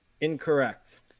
Incorrect